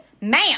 Ma'am